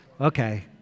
Okay